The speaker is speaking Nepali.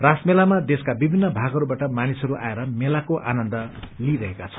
रास मेलामा देशको विभिन्न भागहरूबाट मानिसहरू आएर मेलाको आनन्द लिइरहेका छन्